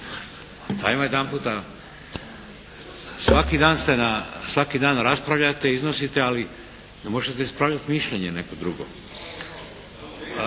svaki dan ste na, svaki dan raspravljate, iznosite, ali ne možete ispravljati mišljenje neko drugo.